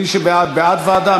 מי שבעד, בעד ועדה.